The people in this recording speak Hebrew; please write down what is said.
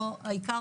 לא העיקר,